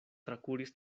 trakuris